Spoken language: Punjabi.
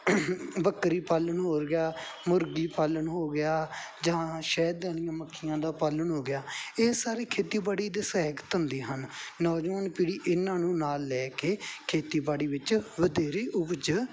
ਬੱਕਰੀ ਪਾਲਣ ਹੋ ਗਿਆ ਮੁਰਗੀ ਪਾਲਣ ਹੋ ਗਿਆ ਜਹਾਂ ਸ਼ਹਿਦ ਦੀਆਂ ਮੱਖੀਆਂ ਦਾ ਪਾਲਣ ਹੋ ਗਿਆ ਇਹ ਸਾਰੇ ਖੇਤੀ ਬਾੜੀ ਦੇ ਸਹਾਇਕ ਧੰਦੇ ਹਨ ਨੌਜਵਾਨ ਪੀੜ੍ਹੀ ਇਹਨਾਂ ਨੂੰ ਨਾਲ ਲੈ ਕੇ ਖੇਤੀਬਾੜੀ ਵਿੱਚ ਵਧੇਰੀ ਉਪਜ